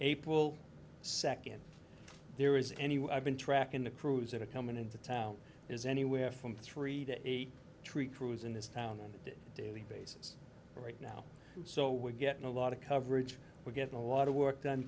april second there is anyone i've been tracking the crews that are coming into town is anywhere from three to eight tree crews in this town daily basis right now so we're getting a lot of coverage we're getting a lot of work done